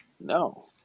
No